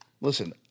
Listen